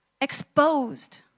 exposed